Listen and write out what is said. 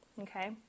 Okay